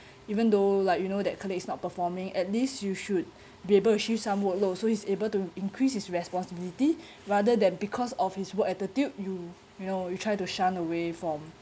even though like you know that colleague is not performing at least you should be able to shift some workload so he's able to increase his responsibility rather than because of his work attitude you you know you try to shun away from